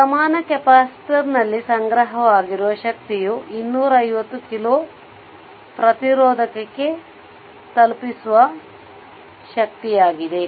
ಸಮಾನ ಕೆಪಾಸಿಟರ್ನಲ್ಲಿ ಸಂಗ್ರಹವಾಗಿರುವ ಶಕ್ತಿಯು 250 ಕಿಲೋ ಪ್ರತಿರೋಧಕಕ್ಕೆ ತಲುಪಿಸುವ ಶಕ್ತಿಯಾಗಿದೆ